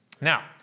Now